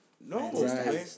No